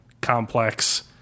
complex